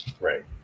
Right